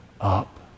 up